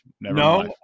no